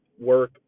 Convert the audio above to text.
work